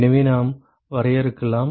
எனவே நாம் வரையறுக்கலாம்